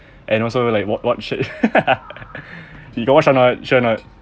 and also like wa~ watch it you got watch or not sure or not